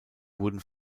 wurden